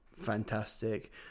Fantastic